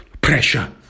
pressure